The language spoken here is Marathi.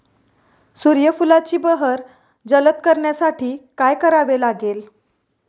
सूर्यफुलाची बहर जलद करण्यासाठी काय करावे लागेल?